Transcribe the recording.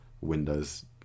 Windows